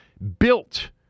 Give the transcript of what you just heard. Built